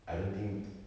I don't think